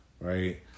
Right